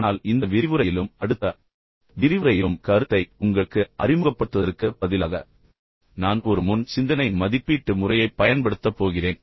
ஆனால் இந்த விரிவுரையிலும் அடுத்த விரிவுரையிலும் கருத்தை உங்களுக்கு அறிமுகப்படுத்துவதற்குப் பதிலாக நான் ஒரு முன் சிந்தனை மதிப்பீட்டு முறையைப் பயன்படுத்தப் போகிறேன்